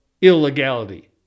illegality